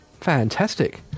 Fantastic